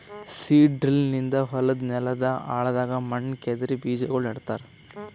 seed drill ನಿಂದ ಹೊಲದ್ ನೆಲದ್ ಆಳದಾಗ್ ಮಣ್ಣ ಕೆದರಿ ಬೀಜಾಗೋಳ ನೆಡ್ತಾರ